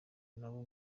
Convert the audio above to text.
nabo